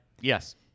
Yes